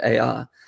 AR